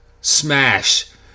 smash